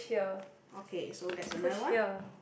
okay so that's another one